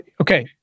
okay